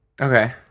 Okay